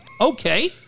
Okay